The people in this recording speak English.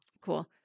cool